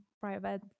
private